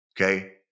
Okay